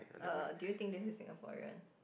err do you think this is Singaporean